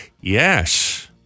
Yes